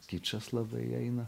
kičas labai eina